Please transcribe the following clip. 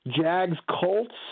Jags-Colts